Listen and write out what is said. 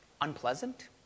unpleasant